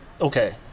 okay